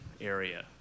area